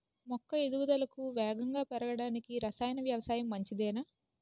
మొక్క ఎదుగుదలకు వేగంగా పెరగడానికి, రసాయన వ్యవసాయం మంచిదేనా?